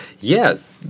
yes